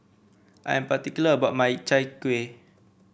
I am particular about my Chai Kueh